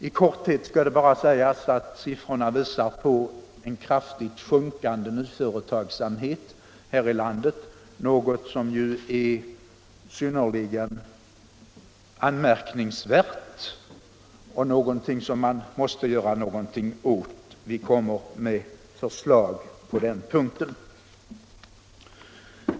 I korthet skall det bara sägas att siffrorna visar en kraftigt sjunkande nyföretagsamhet här i landet, något som ju är synnerligen anmärkningsvärt och som man måste göra någonting åt. Vi kommer med förslag på den punkten.